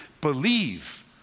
believe